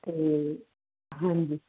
ਅਤੇ ਹਾਂਜੀ